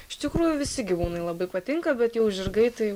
iš tikrųjų visi gyvūnai labai patinka bet jau žirgai tai